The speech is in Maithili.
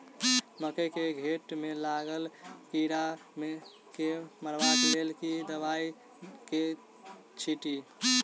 मकई केँ घेँट मे लागल कीड़ा केँ मारबाक लेल केँ दवाई केँ छीटि?